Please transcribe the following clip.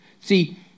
See